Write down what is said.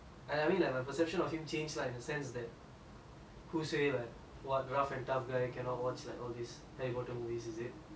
who say like !wah! rough and tough guy cannot watch like all these harry potter movies is it so his his tattoo was a whole hogwarts castle